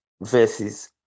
verses